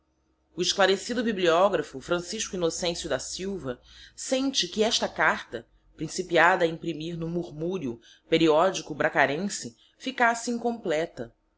o esclarecido bibliographo f innocencio da silva sente que esta carta principiada a imprimir no murmurio periodico bracharense ficasse incompleta